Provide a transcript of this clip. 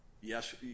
yes